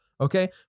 okay